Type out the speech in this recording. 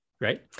Right